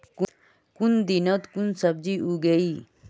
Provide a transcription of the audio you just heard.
कुन दिनोत कुन सब्जी उगेई?